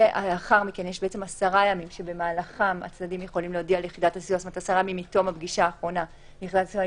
ולאחר מכן יש עשרה ימים מתום הפגישה האחרונה - שבמהלכם הצדדים